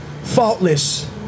Faultless